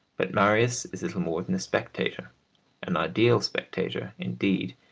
but marius is little more than a spectator an ideal spectator indeed,